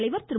தலைவர் திரு